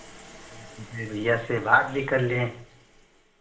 जी भैया ऐसे बात भी कर लें